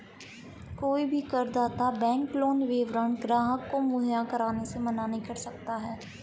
कोई भी करदाता बैंक लोन विवरण ग्राहक को मुहैया कराने से मना नहीं कर सकता है